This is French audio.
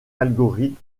algorithmes